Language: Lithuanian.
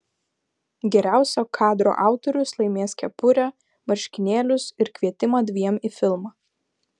geriausio kadro autorius laimės kepurę marškinėlius ir kvietimą dviem į filmą